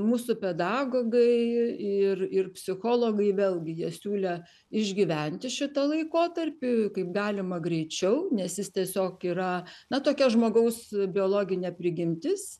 mūsų pedagogai ir ir psichologai vėlgi jie siūlė išgyventi šitą laikotarpį kaip galima greičiau nes jis tiesiog yra na tokia žmogaus biologinė prigimtis